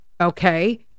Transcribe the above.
Okay